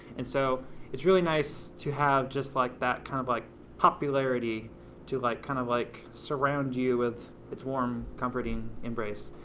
and so it's really nice to have just like that kind of like popularity to like kind of like surround you with its warm, comforting embrace.